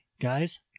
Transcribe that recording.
guys